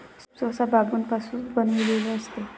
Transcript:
soup सहसा बांबूपासून बनविलेले असते